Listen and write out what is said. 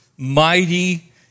Mighty